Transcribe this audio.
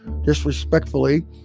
disrespectfully